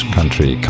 Country